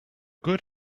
good